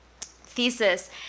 thesis